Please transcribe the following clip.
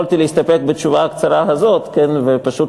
יכולתי להסתפק בתשובה הקצרה הזאת ופשוט